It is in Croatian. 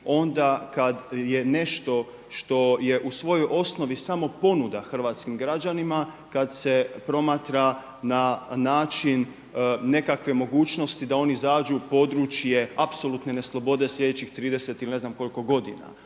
onda kada je nešto što je u svojoj osnovi samo ponuda hrvatskim građanima kada se promatra na način nekakve mogućnosti da oni zađu u područje apsolutne neslobode sljedećih 30 ili ne znam koliko godina.